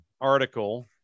article